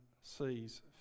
sees